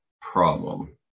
problem